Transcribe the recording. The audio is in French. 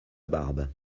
barbe